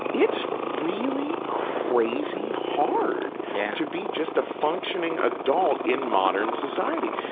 it's really crazy hard yeah to be just a functioning adult in modern society.